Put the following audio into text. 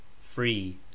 free